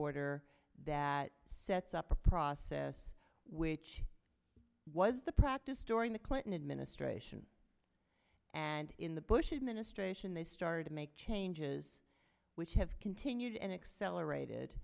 order that sets up a process which was the practice during the clinton administration and in the bush administration they started to make changes which have continued and accelerated